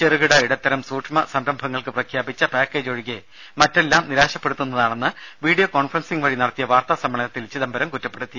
ചെറുകി ഇടത്തരം സൂക്ഷ്മ സംരംഭങ്ങൾക്ക് പ്രഖ്യാപിച്ച പാക്കേജ് ഒഴികെ മറ്റെല്ലാം നിരാശപ്പെടുത്തുന്നതാണെന്ന് വീഡിയോ കോൺഫറൻസിങ് വഴി നടത്തിയ വാർത്താ സമ്മേളനത്തിൽ ചിദംബരം കുറ്റപ്പെടുത്തി